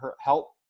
help